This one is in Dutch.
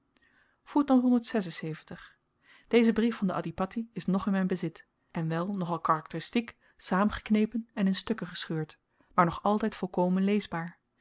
deze brief van den adhipatti is nog in myn bezit en wel nogal karakteristiek saamgeknepen en in stukken gescheurd maar nog altyd volkomen leesbaar